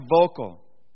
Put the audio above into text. vocal